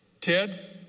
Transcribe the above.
Ted